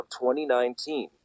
2019